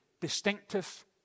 distinctive